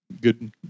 good